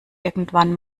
irgendwann